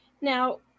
Now